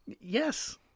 Yes